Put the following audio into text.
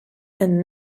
and